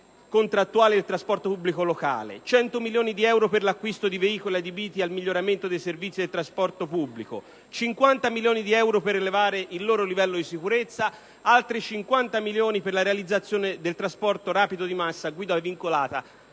per i rinnovi contrattuali del trasporto pubblico locale, 100 milioni di euro per l'acquisto di veicoli adibiti al miglioramento dei servizi del trasporto pubblico, 50 milioni di euro per elevare il loro livello di sicurezza, altri 50 milioni per la realizzazione del trasporto rapido di massa a guida vincolata